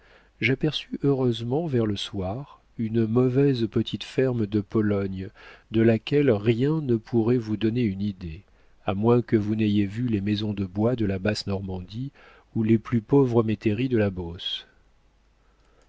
j'aperçus heureusement vers le soir une mauvaise petite ferme de pologne de laquelle rien ne pourrait vous donner une idée à moins que vous n'ayez vu les maisons de bois de la basse normandie ou les plus pauvres métairies de la beauce